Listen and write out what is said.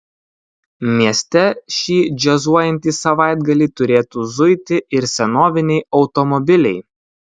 mieste šį džiazuojantį savaitgalį turėtų zuiti ir senoviniai automobiliai